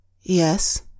Yes